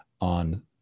on